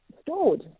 stored